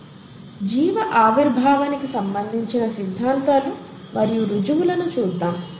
Refer slide time 11 25 జీవ ఆవిర్భావం కి సంబంధించిన సిద్ధాంతాలు మరియు రుజువులను చూద్దాం